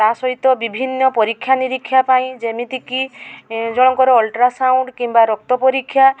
ତା ସହିତ ବିଭିନ୍ନ ପରୀକ୍ଷା ନିରୀକ୍ଷା ପାଇଁ ଯେମିତିକି ଜଣଙ୍କର ଅଲଟ୍ରାସାଉଣ୍ଡ୍ କିମ୍ବା ରକ୍ତ ପରୀକ୍ଷା